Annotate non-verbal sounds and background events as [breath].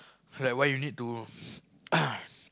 like why you need to [breath] [breath]